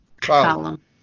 column